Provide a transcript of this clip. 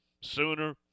sooner